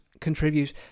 contribute